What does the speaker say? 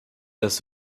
das